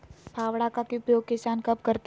फावड़ा का उपयोग किसान कब करता है?